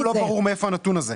לנו לא ברור מאיפה הנתון הזה.